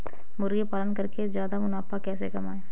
मुर्गी पालन करके ज्यादा मुनाफा कैसे कमाएँ?